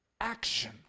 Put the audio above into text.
action